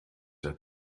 der